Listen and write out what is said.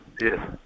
yes